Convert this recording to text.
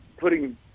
Putting